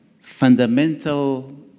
fundamental